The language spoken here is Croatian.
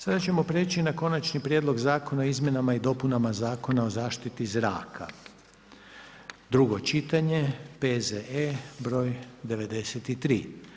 Sada ćemo prijeći na - Konačni prijedlog zakona o izmjenama i dopunama Zakona o zaštiti zraka, drugo čitanje, P.Z.E. br. 93.